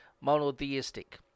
monotheistic